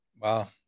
Wow